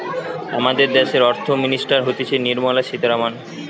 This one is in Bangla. আমাদের দ্যাশের অর্থ মিনিস্টার হতিছে নির্মলা সীতারামন